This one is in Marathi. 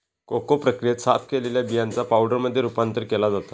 कोको प्रक्रियेत, साफ केलेल्या बियांचा पावडरमध्ये रूपांतर केला जाता